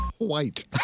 White